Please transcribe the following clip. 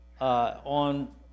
on